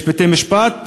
יש בתי-משפט,